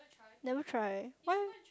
never try why